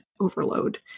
overload